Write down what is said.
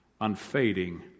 unfading